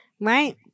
right